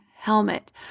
helmet